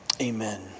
Amen